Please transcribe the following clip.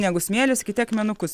negu smėlis kiti akmenukus